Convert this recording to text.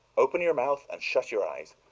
open your mouth and shut your eyes!